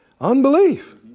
unbelief